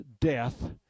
death